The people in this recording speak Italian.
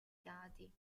dati